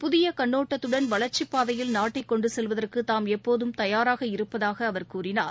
புதிய கண்ணோட்டத்துடன் வளர்ச்சிப்பாதையில் நாட்டை கொண்டு செல்வதற்கு தாம் எப்போதும் தயாராக இருப்பதாக அவர் கூறினார்